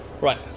right